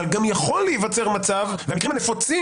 אבל גם יכול להיווצר מצב שהמקרים הנפוצים